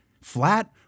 flat